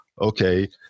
okay